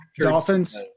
dolphins